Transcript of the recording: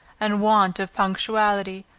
and want of punctuality,